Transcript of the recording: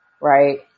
right